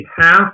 half